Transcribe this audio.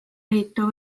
liitu